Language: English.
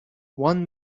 one